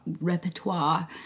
repertoire